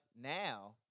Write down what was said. now